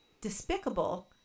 despicable